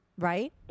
Right